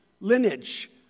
lineage